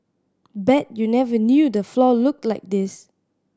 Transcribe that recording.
bet you never knew the floor looked like this